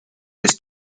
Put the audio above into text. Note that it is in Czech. žes